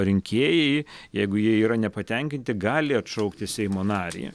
rinkėjai jeigu jie yra nepatenkinti gali atšaukti seimo narį